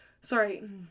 sorry